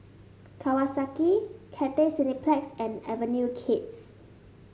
Kawasaki Cathay Cineplex and Avenue Kids